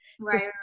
right